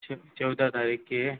छ चौदह तारीख़ की है